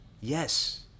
Yes